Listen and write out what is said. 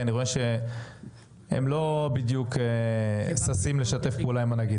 אני רואה שהם לא בדיוק ששים לשתף פעולה עם הנגיד.